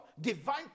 divine